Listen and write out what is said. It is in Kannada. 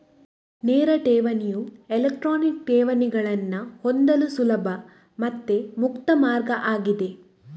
ನೇರ ಠೇವಣಿಯು ಎಲೆಕ್ಟ್ರಾನಿಕ್ ಠೇವಣಿಗಳನ್ನ ಹೊಂದಲು ಸುಲಭ ಮತ್ತೆ ಮುಕ್ತ ಮಾರ್ಗ ಆಗಿದೆ